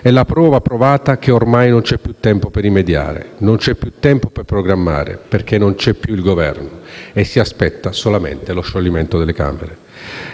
è la prova provata che ormai non c'è più tempo per rimediare, non c'è più tempo per programmare perché non c'è più il Governo e si aspetta solo lo scioglimento delle Camere.